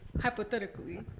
Hypothetically